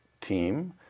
team